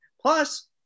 Plus